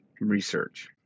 research